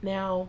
Now